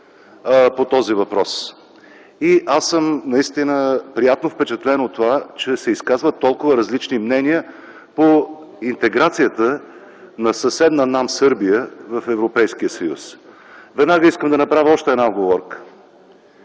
по този въпрос. Аз съм приятно впечатлен, че се изказват толкова различни мнения по интеграцията на съседна нам Сърбия в Европейския съюз. Веднага искам да направя една уговорка.